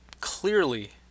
clearly